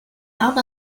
out